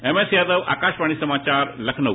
M S Yadav Akashvani समाचार लखनऊ